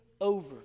over